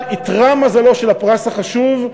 אבל איתרע מזלו של הפרס החשוב,